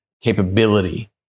capability